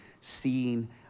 seeing